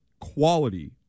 quality